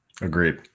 agreed